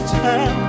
town